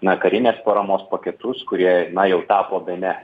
na karinės paramos paketus kurie na jau tapo bene